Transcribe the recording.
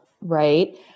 right